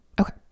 Okay